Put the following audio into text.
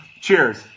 Cheers